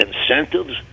incentives